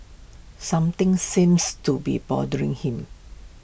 something seems to be bothering him